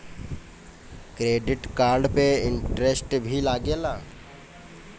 Credit card पे interest भी लागेला?